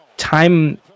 Time